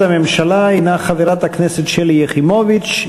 מאת חברי הכנסת שלי יחימוביץ,